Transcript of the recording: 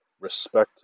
respect